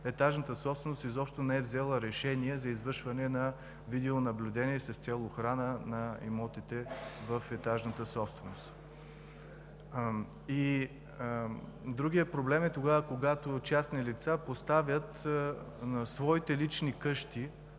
етажната собственост изобщо не е взела решение за извършване на видеонаблюдение с цел охрана на имотите в нея. Другият проблем е, когато частни лица поставят на личните си къщи